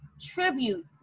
tribute